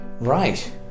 right